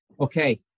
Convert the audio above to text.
okay